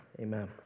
amen